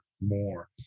more